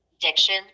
diction